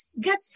get